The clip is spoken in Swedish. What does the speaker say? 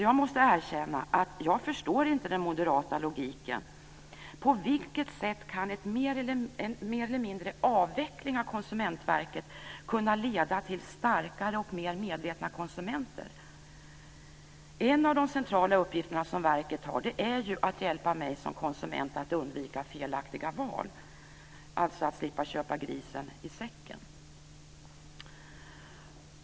Jag måste erkänna att jag inte förstår den moderata logiken. På vilket sätt ska en avveckling - mer eller mindre - av Konsumentverket kunna leda till starkare och mer medvetna konsumenter? En av de centrala uppgifter som verket har är ju att hjälpa mig som konsument att undvika felaktiga val, alltså att slippa köpa grisen i säcken.